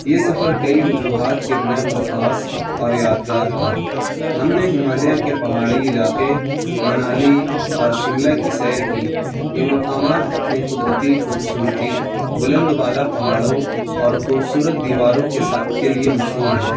یہ سفر کئی وجوہات کے بنا پر خاص اور یادگار تھا ہم نے ہمالیہ کے پہاڑی علاقے منالی اور شملہ کی سیر کی یہ مقامات اپنے قدرتی خوبصورتی بلند بالا پہاڑوں اور خوبصورت دیواروں کے لیے مشہور ہیں